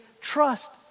trust